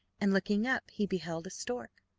and, looking up, he beheld a stork.